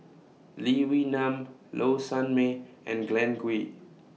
Lee Wee Nam Low Sanmay and Glen Goei